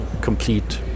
complete